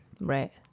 Right